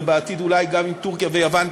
ובעתיד אולי גם עם טורקיה ויוון,